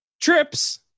trips